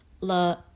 la